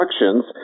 instructions